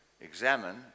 Examine